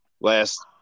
last